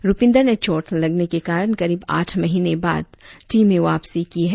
रुपिन्दर ने चोट लगने के कारण करीब आठ महीने बाद टीम में वापसी की है